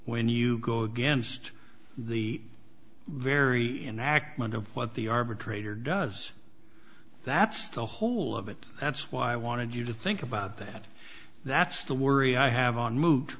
when you go against the very enact what the arbitrator does that's the whole of it that's why i wanted you to think about that that's the worry i have on move